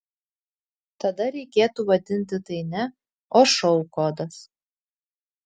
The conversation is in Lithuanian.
tada reikėtų vadinti tai ne o šou kodas